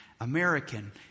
American